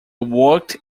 worked